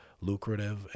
lucrative